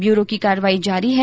bureau की कार्रवाई जारी है